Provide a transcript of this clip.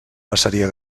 passaria